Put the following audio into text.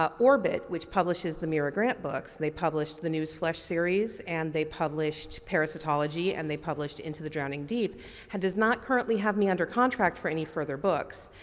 um orbit which publishes the mira grant books, they publish the newsflesh series and they published parasitology and they published into the drowning deep and does not currently have me under contract for any further books.